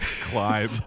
climb